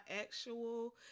actual